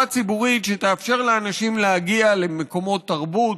ציבורית שתאפשר לאנשים להגיע למקומות תרבות,